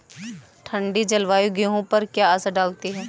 ठंडी जलवायु गेहूँ पर क्या असर डालती है?